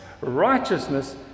righteousness